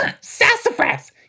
Sassafras